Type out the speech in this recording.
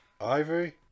Ivory